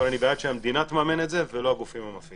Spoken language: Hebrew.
אבל אני בעד שהמדינה תממן את זה ולא הגופים המפעילים.